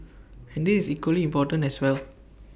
and this is equally important as well